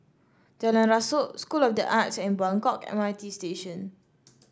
Jalan Rasok School of the Arts and Buangkok M R T Station